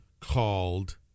called